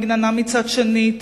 מגננה מצד שני,